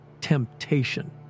Temptation